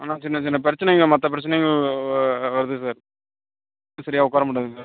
ஆனால் சின்ன சின்ன பிரச்சனைகள் மற்ற பிரச்சனைகள் வருது சார் சரியாக உட்கார மாட்டேங்குது சார்